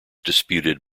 disputed